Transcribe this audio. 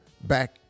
back